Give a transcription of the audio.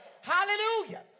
Hallelujah